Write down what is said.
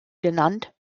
genannt